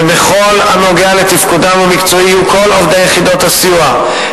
וכי בכל הנוגע לתפקודם המקצועי יהיו כל עובדי יחידות הסיוע,